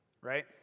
right